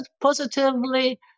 positively